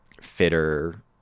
fitter